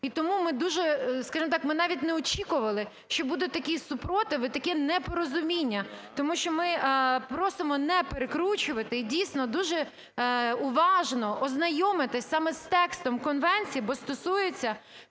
І тому ми дуже, скажімо так, ми навіть не очікували, що буде такий супротив і таке непорозуміння. Тому що ми просимо не перекручувати і, дійсно, дуже уважно ознайомитись саме з текстом конвенції, бо стосується